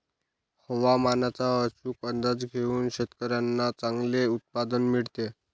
हवामानाचा अचूक अंदाज घेऊन शेतकाऱ्यांना चांगले उत्पादन मिळते